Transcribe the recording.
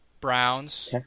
Browns